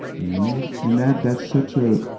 you know. and that, that's such a,